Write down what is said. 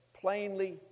plainly